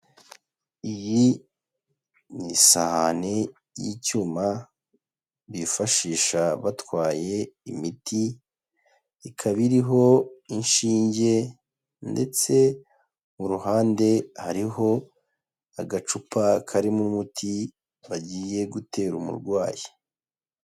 Iyi ni isahane y'icyuma, bifashisha batwaye imiti, ikaba iriho inshinge ndetse mu ruhande hariho agacupa karimo umuti bagiye gutera umurwayi.